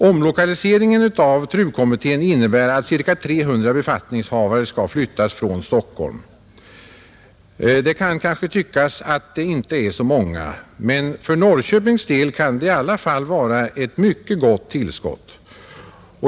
Omlokaliseringen av TRU kommittén innebär att cirka 300 befattningshavare skall flyttas från Stockholm, Det kan kanske tyckas att det inte är så många, men för Norrköpings del kan det i alla fall vara ett mycket gott tillskott.